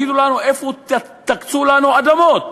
תקצו לנו אדמות,